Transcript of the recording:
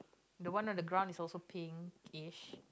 the one on the ground is also pinkish